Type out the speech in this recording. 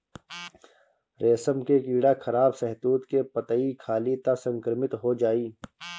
रेशम के कीड़ा खराब शहतूत के पतइ खाली त संक्रमित हो जाई